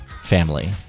family